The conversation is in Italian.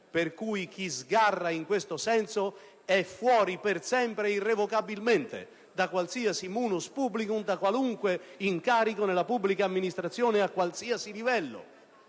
per cui chi sgarra in questo senso è fuori per sempre e irrevocabilmente da qualsiasi *munus* *publicum* e da qualunque incarico della pubblica amministrazione, a qualsiasi livello,